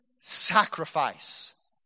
sacrifice